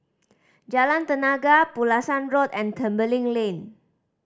Jalan Tenaga Pulasan Road and Tembeling Lane